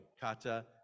kata